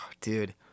Dude